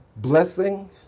Blessing